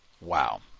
wow